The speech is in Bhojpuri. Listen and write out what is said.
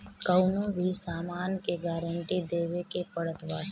कवनो भी सामान के गारंटी देवे के पड़त बाटे